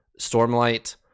Stormlight